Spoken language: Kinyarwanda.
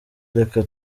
reka